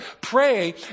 Pray